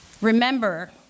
Remember